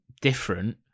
different